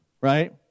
Right